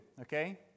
okay